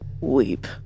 weep